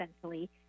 essentially